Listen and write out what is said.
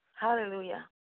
Hallelujah